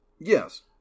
Yes